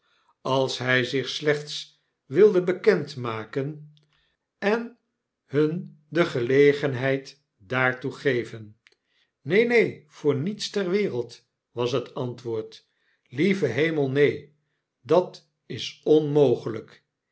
als hy zich slechts wilde bekend maken en hun de gelegenheid daartoe geven w neen neen voor niets ter wereld was het antwoord lieve hemel neen dat is onmogelijk